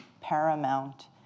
paramount